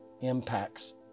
impacts